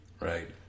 Right